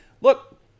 Look